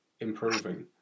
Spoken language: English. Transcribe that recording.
improving